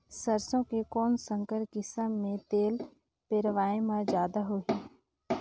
सरसो के कौन संकर किसम मे तेल पेरावाय म जादा होही?